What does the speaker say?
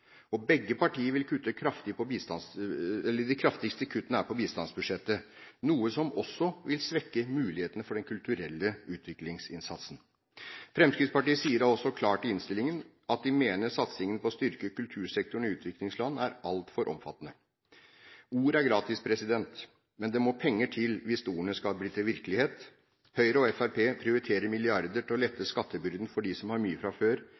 og begge partier vil gjøre sine kraftigste kutt i bistandsbudsjettet, noe som også vil svekke mulighetene for den kulturelle utviklingsinnsatsen. Fremskrittspartiet sier da også klart i innstillingen at de mener satsingen på å styrke kultursektoren i utviklingsland er altfor omfattende. Ord er gratis, men det må penger til hvis ordene skal bli til virkelighet. Høyre og Fremskrittspartiet prioriterer milliardene til å lette skattebyrden for dem som har mye fra før.